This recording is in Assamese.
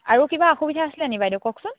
আৰু কিবা অসুবিধা আছিলেনি বাইদেউ কওকচোন